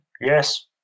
Yes